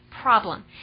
problem